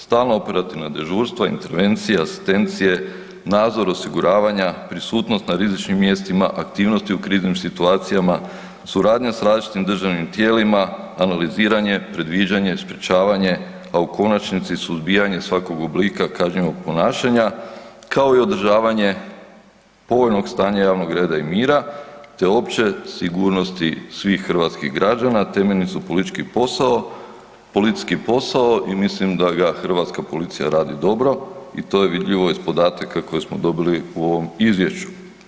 Stalna operativna dežurstva, intervencije, asistencije, nadzor osiguravanja, prisutnost na rizičnim mjestima, aktivnosti u kriznim situacijama, suradnja s različitim državnim tijelima, analiziranje, predviđanje, sprječavanje, a u konačnici suzbijanje svakog oblika kažnjivog ponašanja kao i održavanje povoljnog stanja javnog reda i mira te opće sigurnosti svih hrvatskih građana temeljni su politički posao, policijski posao i mislim da ga hrvatska policija radi dobro i to je vidljivo iz podataka koje smo dobili u ovom izvješću.